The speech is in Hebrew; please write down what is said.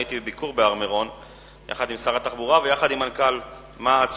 הייתי בביקור בהר-מירון יחד עם שר התחבורה ויחד עם מנכ"ל מע"צ,